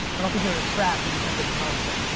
i don't think you're in a trap, you just have to acknowledge it.